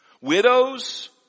widows